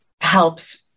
helps